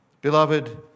Beloved